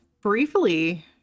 briefly